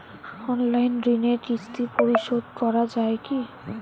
Online ঋণের কিস্তি পরিশোধ করা যায় কি?